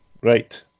Right